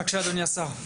בבקשה אדוני השר.